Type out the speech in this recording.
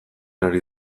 ari